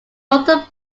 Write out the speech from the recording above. northern